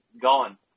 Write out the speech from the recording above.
gone